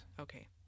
Okay